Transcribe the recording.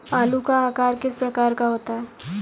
आलू का आकार किस प्रकार का होता है?